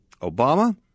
Obama